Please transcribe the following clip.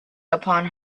upon